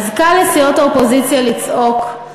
אז קל לסיעות האופוזיציה לצעוק,